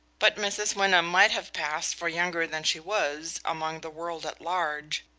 but mrs. wyndham might have passed for younger than she was among the world at large,